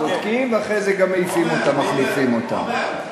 בודקים ואחרי זה גם מעיפים אותם, מחליפים אותם.